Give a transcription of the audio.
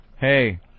Hey